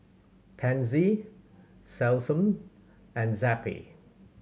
Pansy Selsun and Zappy